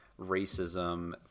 racism